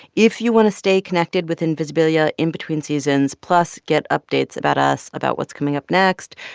if you want to stay connected with invisibilia in between seasons, plus get updates about us about what's coming up next,